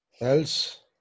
else